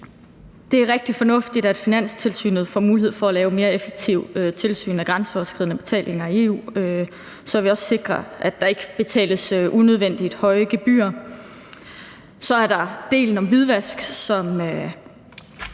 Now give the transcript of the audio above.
Det er rigtig fornuftigt, at Finanstilsynet får mulighed for at lave mere effektivt tilsyn af grænseoverskridende betalinger i EU, så vi også sikrer, at der ikke betales unødvendigt høje gebyrer. Så er der delen om hvidvask, som